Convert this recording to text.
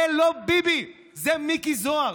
זה לא ביבי, זה מיקי זוהר.